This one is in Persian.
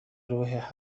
روح